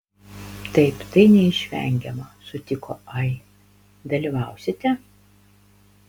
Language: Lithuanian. taip tai neišvengiama sutiko ai dalyvausite